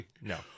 no